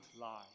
lie